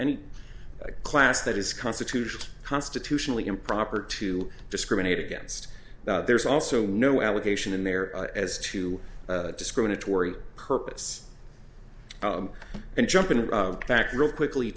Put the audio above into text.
a class that is constitutional constitutionally improper to discriminate against there's also no allegation in there as to discriminatory purpose and jumping back really quickly